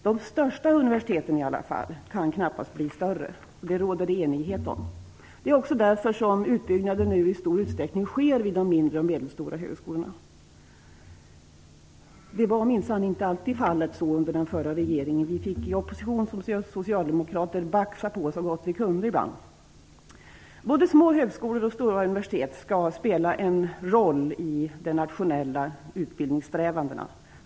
De största universiteten kan knappast bli större; det råder det enighet om. Det är också därför som utbyggnaden nu i stor utsträckning sker vid de mindre och medelstora höskolorna. Så var minsann inte alltid fallet under den förra regeringen. I opposition fick vi socialdemokrater ibland baxa på så gott vi kunde. Både små högskolor och stora universitet skall spela en roll i de nationella utbildningssträvandena.